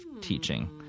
teaching